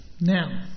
now